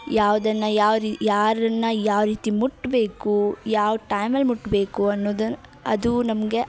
ಯಾವುದನ್ನ ಯಾವ ರೀ ಯಾರನ್ನು ಯಾವ ರೀತಿ ಮುಟ್ಟಬೇಕು ಯಾವ ಟೈಮಲ್ಲಿ ಮುಟ್ಟಬೇಕು ಅನ್ನೋದನ್ನು ಅದು ನಮಗೆ